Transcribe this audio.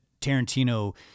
Tarantino